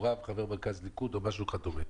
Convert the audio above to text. מקורב כמו חבר מרכז הליכוד או משהו דומה.